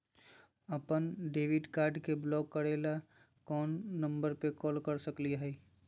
अपन debit card के block करे ला कौन नंबर पे कॉल कर सकली हई?